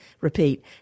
repeat